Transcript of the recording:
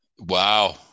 Wow